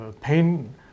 pain